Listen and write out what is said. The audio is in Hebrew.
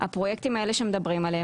הפרויקטים האלה שמדברים עליה,